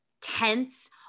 tense